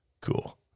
cool